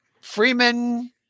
Freeman